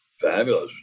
Fabulous